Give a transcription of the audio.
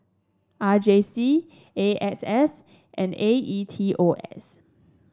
R J C A S S and A E T O S